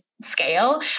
scale